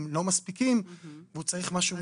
לא מספיקים והוא צריך משהו מיוחד.